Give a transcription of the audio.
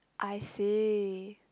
I see